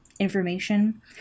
information